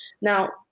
Now